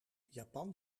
japan